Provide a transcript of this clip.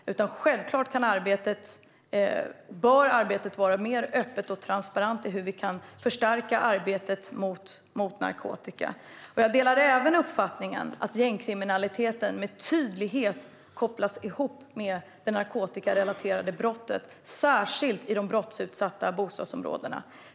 Självklart bör det finnas mer öppenhet och transparens om hur vi kan förstärka arbetet mot narkotika. Jag delar även uppfattningen att gängkriminaliteten med tydlighet kan kopplas ihop med de narkotikarelaterade brotten, särskilt i de brottsutsatta bostadsområdena.